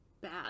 bad